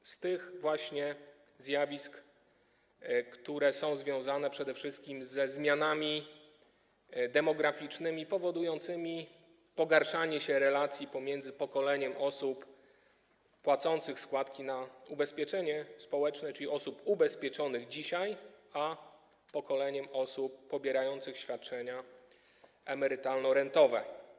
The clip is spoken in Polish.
Chodzi właśnie o te zjawiska, które są związane przede wszystkim ze zmianami demograficznymi powodującymi pogarszanie się relacji pomiędzy pokoleniem osób płacących składki na ubezpieczenie społeczne, czyli osób ubezpieczonych dzisiaj, a pokoleniem osób pobierających świadczenia emerytalno-rentowe.